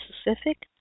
specific